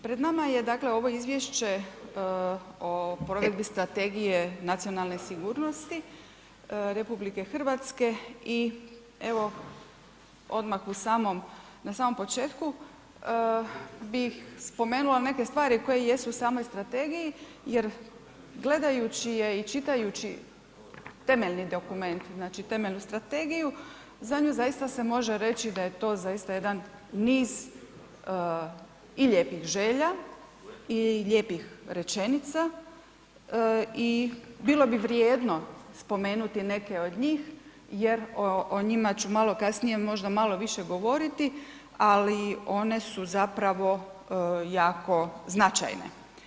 Pred nama je dakle ovo Izvješće o provedbi Strategije nacionalne sigurnosti RH i evo odmah u samom, na samom početku bih spomenula neke stvari koje jesu u samoj strategiji jer gledajući je i čitajući temeljni dokument, znači temeljnu strategiju za nju zaista se može reći da je to zaista jedan niz i lijepih želja i lijepih rečenica i bilo bi vrijedno spomenuti neke od njih jer o njima ću malo kasnije možda malo više govoriti ali one su zapravo jako značajne.